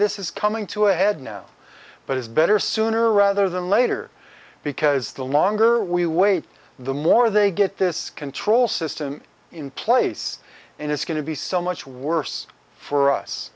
this is coming to a head now but it's better sooner rather than later because the longer we wait the more they get this control system in place and it's going to be so much worse for us